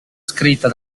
scritta